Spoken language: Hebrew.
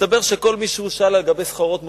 מסתבר שכל מי שהוא שאל לגבי סחורות מוברחות,